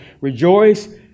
rejoice